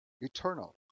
eternal